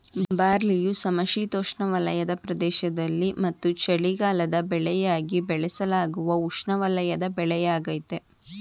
ಬಾರ್ಲಿಯು ಸಮಶೀತೋಷ್ಣವಲಯದ ಪ್ರದೇಶದಲ್ಲಿ ಮತ್ತು ಚಳಿಗಾಲದ ಬೆಳೆಯಾಗಿ ಬೆಳೆಸಲಾಗುವ ಉಷ್ಣವಲಯದ ಬೆಳೆಯಾಗಯ್ತೆ